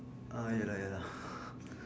ah ya lah ya lah